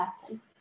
person